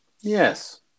Yes